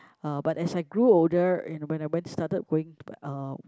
uh but as I grew older and when I went started going uh